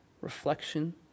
reflection